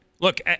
look